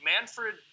Manfred